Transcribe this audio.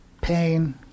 pain